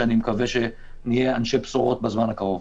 אני מקווה שנהיה אנשי בשורות בזמן הקרוב.